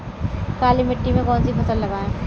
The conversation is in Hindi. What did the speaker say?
काली मिट्टी में कौन सी फसल लगाएँ?